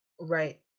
Right